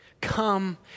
Come